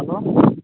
hello